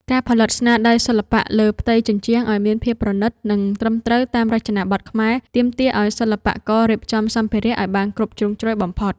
ការផលិតស្នាដៃសិល្បៈលើផ្ទៃជញ្ជាំងឱ្យមានភាពប្រណីត និងត្រឹមត្រូវតាមរចនាបថខ្មែរ ទាមទារឱ្យសិល្បកររៀបចំសម្ភារៈឱ្យបានគ្រប់ជ្រុងជ្រោយបំផុត។